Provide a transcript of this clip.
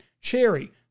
cherry